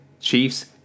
Chiefs